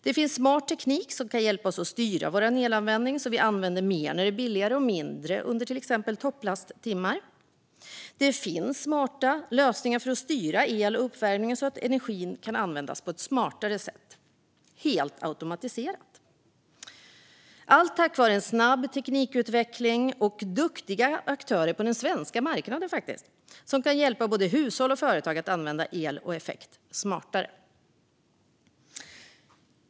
Det finns smart teknik som kan hjälpa oss att styra vår elanvändning så att vi använder mer när det är billigare och mindre under till exempel topplasttimmar. Det finns smarta lösningar för att styra el och uppvärmning så att energin används på ett smartare sätt, helt automatiserat. Allt tack vare en snabb teknikutveckling och duktiga aktörer på den svenska marknaden som kan hjälpa både hushåll och företag att använda el och effekt smartare.